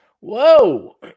whoa